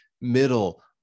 middle